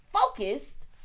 focused